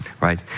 right